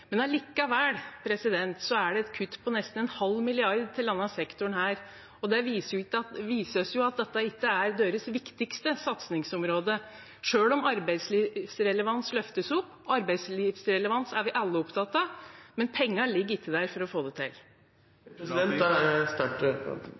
er det et kutt på nesten en halv milliard til denne sektoren, og det viser oss jo at dette ikke er deres viktigste satsingsområde, selv om arbeidslivsrelevans løftes opp. Arbeidslivsrelevans er vi alle opptatt av, men pengene ligger ikke der for å få det til.